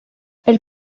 elle